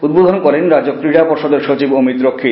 উদ্বোধন করেন রাজ্য ক্রীড়া পর্ষদের সচিব অমিত রক্ষিত